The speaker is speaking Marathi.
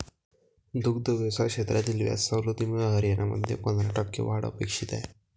दुग्ध व्यवसाय क्षेत्रातील व्याज सवलतीमुळे हरियाणामध्ये पंधरा टक्के वाढ अपेक्षित आहे